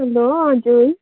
hello हजुर